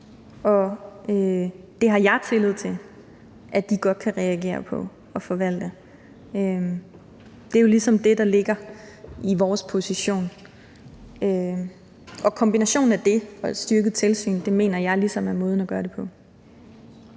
og det har jeg tillid til at de godt kan reagere på og forvalte. Det er jo ligesom det, der ligger i vores position. Og kombinationen af det og et styrket tilsyn mener jeg er måden at gøre det på.